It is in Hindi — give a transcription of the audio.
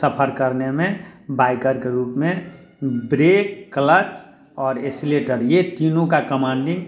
सफ़र करने में बाइकर के रूप में ब्रेक कल्च और एसीलेटर ये तीनों की कमांडिंग